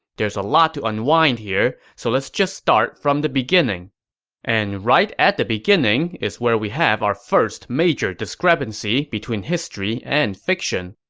there's a lot to unwind here, so let's just start from the beginning and right at the beginning is where we have our first major discrepancy between history and fiction.